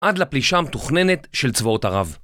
עד לפלישה המתוכננת של צבאות ערב.